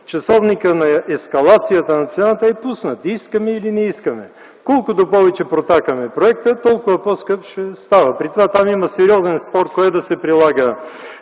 часовникът на ескалацията на цената е пуснат, искаме или не искаме. Колкото повече протакаме проекта, толкова по-скъп ще става, при това там има сериозен спор кое да се прилага